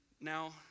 Now